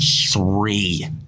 three